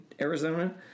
Arizona